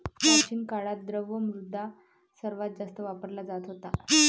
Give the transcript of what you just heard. प्राचीन काळात, द्रव्य मुद्रा सर्वात जास्त वापरला जात होता